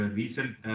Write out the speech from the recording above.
recent